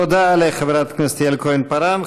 תודה לחברת הכנסת יעל כהן-פארן.